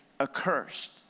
accursed